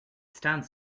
stands